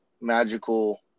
magical